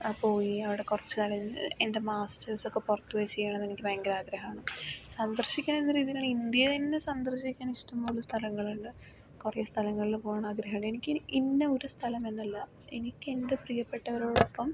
പോയി അവിടെ കുറച്ചുനാൾ എൻ്റെ മാസ്റ്റേഴ്സ് ഒക്കെ പുറത്തുപോയി ചെയ്യണമെന്ന് എനിക്ക് ഭയങ്കര ആഗ്രഹമാണ് സന്ദർശിക്കണം എന്ന രീതിയിലാണെങ്കിൽ ഇന്ത്യയിൽ തന്നെ സന്ദർശിക്കാൻ ഇഷ്ടം പോലെ സ്ഥലങ്ങളുണ്ട് കുറെ സ്ഥലങ്ങളിൽ പോകാൻ ആഗ്രഹമുണ്ട് എനിക്ക് ഈ ഇന്ന ഒരു സ്ഥലം എന്നല്ല എനിക്ക് എൻ്റെ പ്രിയപ്പെട്ടവരോടൊപ്പം